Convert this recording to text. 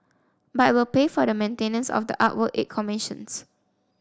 but it will pay for the maintenance of the artwork it commissions